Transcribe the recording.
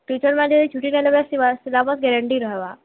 teacher ମାନେ ଯଦି ଛୁଟି ନେଲେ ବଲେ ସିଲାବସ୍ ଗ୍ୟାରେଣ୍ଟି ରହେବା